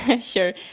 Sure